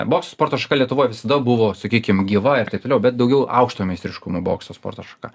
bokso sporto šaka lietuvoj visada buvo sakykim gyva ir taip toliau bet daugiau aukšto meistriškumo bokso sporto šaka